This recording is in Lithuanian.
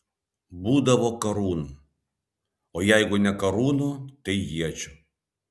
būdavo karūnų o jeigu ne karūnų tai iečių